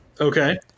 Okay